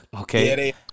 Okay